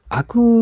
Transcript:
aku